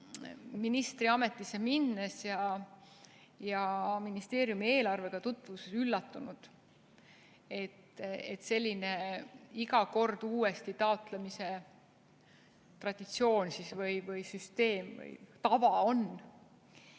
ministriametisse minnes ja ministeeriumi eelarvega tutvudes üllatunud, et selline iga kord uuesti taotlemise traditsioon või tava on.